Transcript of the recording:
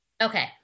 okay